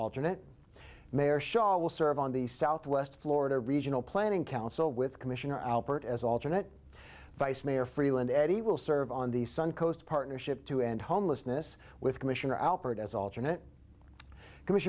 alternate mayor shah will serve on the southwest florida regional planning council with commissioner alpert as alternate vice mayor freeland eddie will serve on the sun coast partnership to end homelessness with commissioner alpert as alternate